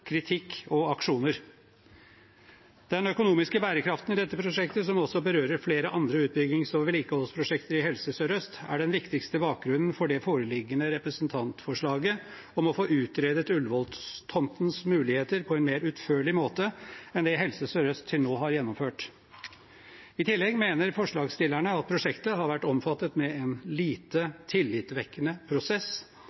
kritikk og aksjoner. Den økonomiske bærekraften i dette prosjektet, som også berører flere andre utbyggings- og vedlikeholdsprosjekter i Helse Sør-Øst, er den viktigste bakgrunnen for det foreliggende representantforslaget om å få utredet Ullevål-tomtens muligheter på en mer utførlig måte enn det Helse Sør-Øst til nå har gjennomført. I tillegg mener forslagsstillerne at prosjektet har vært omfattet med en lite